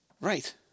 Right